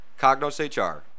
CognosHR